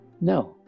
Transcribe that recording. no